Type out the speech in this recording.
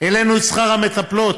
העלינו את שכר המטפלות,